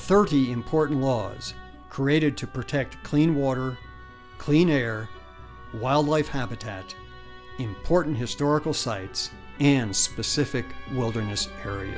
thirty important laws created to protect clean water clean air and wildlife habitat important historical sites and specific wilderness